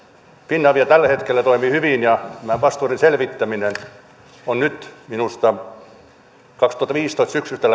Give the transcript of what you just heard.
finavia tällä hetkellä toimii hyvin ja tämä vastuiden selvittäminen on nyt minusta syksystä kaksituhattaviisitoista lähtien ollut määrätietoista ja asiat